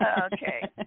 Okay